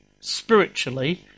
spiritually